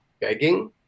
begging